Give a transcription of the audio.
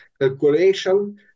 calculation